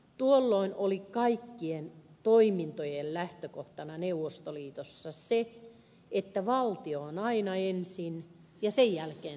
tuolloin oli kaikkien toimintojen lähtökohtana neuvostoliitossa se että valtio on aina ensin ja sen jälkeen tulee kansalainen